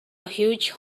huge